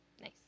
Nice